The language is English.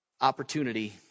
opportunity